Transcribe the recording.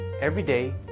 everyday